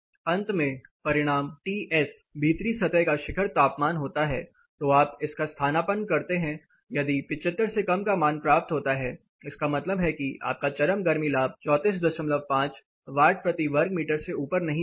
अंत में परिणाम Ts भीतरी सतह का शिखर तापमान होता है तो आप इसका स्थानापन्न करते हैं यदि 75 से कम का मान प्राप्त होता है इसका मतलब है कि आपका चरम गर्मी लाभ 345 वाट प्रति वर्ग मीटर से ऊपर नहीं जाएगा